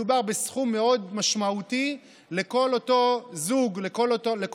מדובר בסכום מאוד משמעותי לכל זוג ולכל